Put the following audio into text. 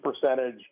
percentage